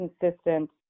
consistent